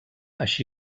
així